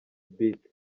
beat